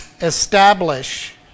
establish